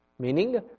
Meaning